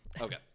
Okay